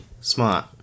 smart